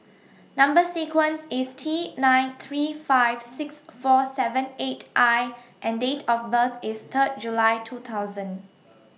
Number sequence IS T nine three five six four seven eight I and Date of birth IS Third July two thousand